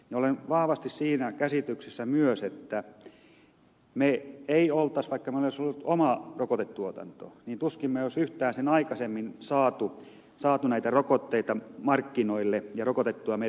olen vahvasti siinä käsityksessä myös että me emme olisi vaikka meillä olisi ollut oma rokotetuotanto yhtään sen aikaisemmin saaneet näitä rokotteita markkinoille ja rokotettua meidän väestöämme